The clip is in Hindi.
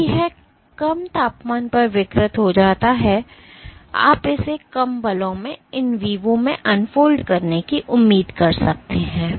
तो क्योंकि यह कम तापमान पर विकृत हो जाता है आप इसे कम बलों में in vivo में अनफोल्ड करने की उम्मीद कर सकते हैं